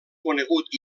conegut